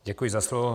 Děkuji za slovo.